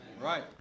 Right